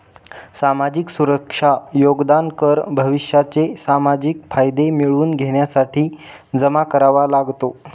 सामाजिक सुरक्षा योगदान कर भविष्याचे सामाजिक फायदे मिळवून घेण्यासाठी जमा करावा लागतो